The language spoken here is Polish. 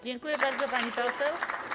Dziękuję bardzo, pani poseł.